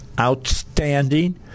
outstanding